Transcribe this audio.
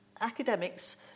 academics